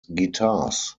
guitars